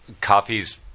coffees